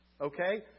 okay